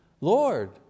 Lord